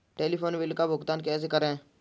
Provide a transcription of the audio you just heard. Telephone bill का भुगतान कैसे करें?